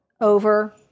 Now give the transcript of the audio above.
over